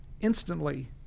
instantly